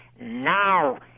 now